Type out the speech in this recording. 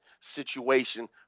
situation